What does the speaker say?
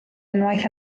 unwaith